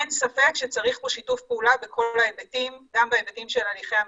אין ספק שצריך פה שיתוף פעולה בכל ההיבטים גם בהיבטים של הליכי המחקר,